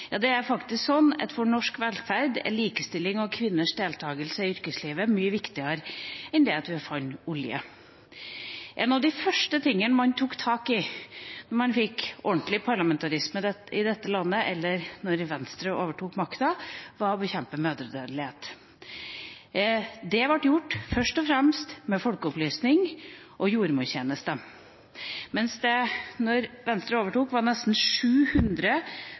Ja, det er faktisk sånn at for norsk velferd er likestilling og kvinners deltakelse i yrkeslivet mye viktigere enn det at vi fant olje. En av de første tingene man tok tak i da man fikk ordentlig parlamentarisme i dette landet – eller da Venstre overtok makten – var å bekjempe mødredødelighet. Det ble først og fremst gjort gjennom folkeopplysning og jordmortjeneste. Mens det da Venstre overtok, var nesten 700